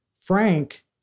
Frank